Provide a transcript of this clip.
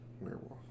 werewolf